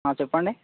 చెప్పండి